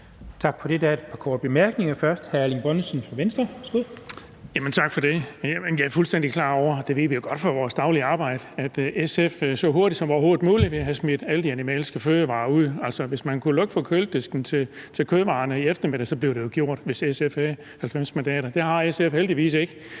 jo godt fra vores daglige arbejde – at SF så hurtigt som overhovedet muligt vil have smidt alle de animalske fødevarer ud. Hvis man kunne lukke for køledisken til kødvarerne i eftermiddag, blev det gjort, hvis SF havde 90 mandater. Det har SF heldigvis ikke.